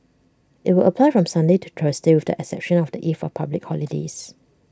IT will apply from Sunday to Thursday with the exception of the eve of public holidays